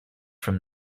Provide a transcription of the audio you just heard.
from